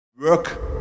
work